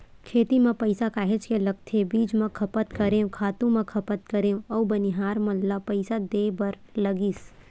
खेती म पइसा काहेच के लगथे बीज म खपत करेंव, खातू म खपत करेंव अउ बनिहार मन ल पइसा देय बर लगिस